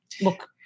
Look